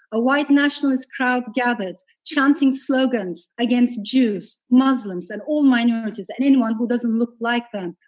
a white nationalist crowd gathered chanting slogans against jews, muslims, and all minorities and anyone who doesn't look like them.